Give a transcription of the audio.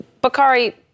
Bakari